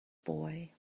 boy